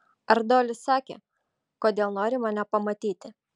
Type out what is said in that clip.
ar doilis sakė kodėl nori mane pamatyti